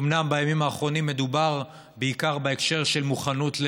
אומנם בימים האחרונים מדובר בעיקר בהקשר של מוכנות,